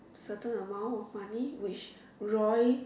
certain amount of money which Roy